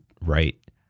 right